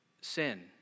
sin